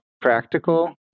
practical